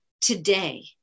today